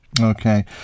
Okay